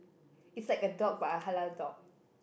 it's like a dog but a halal dog